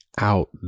out